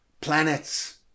planets